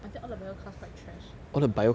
I think all the bio class quite trash I'm so~